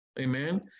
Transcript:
Amen